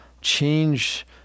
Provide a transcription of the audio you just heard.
change